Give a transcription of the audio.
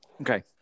Okay